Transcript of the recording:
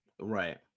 Right